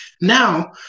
Now